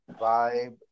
vibe